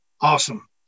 awesome